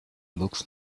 looks